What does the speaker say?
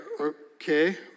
okay